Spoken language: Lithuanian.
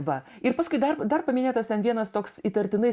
va ir paskui dar dar paminėtas ten vienas toks įtartinai